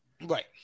Right